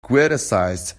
criticized